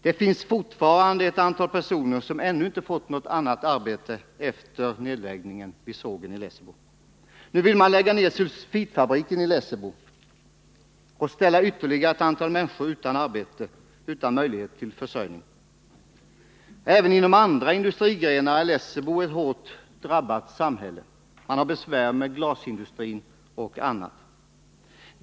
Det finns fortfarande ett antal personer som ännu inte har fått annat arbete efter nedläggningen av sågen. Nu vill man lägga ned sulfitfabriken i Lessebo och ställa ytterligare ett antal människor utan möjlighet till försörjning. Även när det gäller andra industrigrenar är Lessebo ett hårt drabbat samhälle; man har besvär bl.a. med glasindustrin.